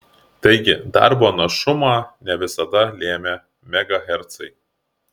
taigi darbo našumą ne visada lemia megahercai